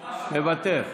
מוותר,